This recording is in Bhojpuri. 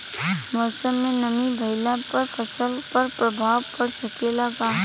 मौसम में नमी भइला पर फसल पर प्रभाव पड़ सकेला का?